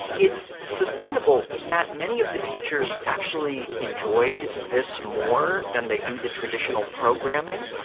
it's sustainable in that many of the teachers actually enjoyed this more than they do the traditional programming,